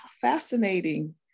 fascinating